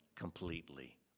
completely